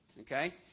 okay